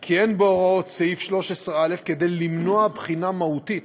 כי אין בהוראות סעיף 13א כדי למנוע בחינה מהותית